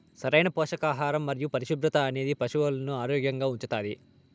సరైన పోషకాహారం మరియు పరిశుభ్రత అనేది పశువులను ఆరోగ్యంగా ఉంచుతాది